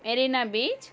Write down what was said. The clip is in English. marina beach